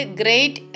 great